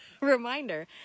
reminder